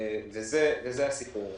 זה הסיפור.